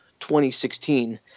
2016